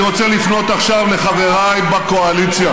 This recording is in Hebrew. אבל אני רוצה לפנות עכשיו אל חבריי בקואליציה.